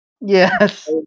Yes